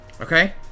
Okay